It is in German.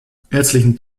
herzlichen